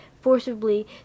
forcibly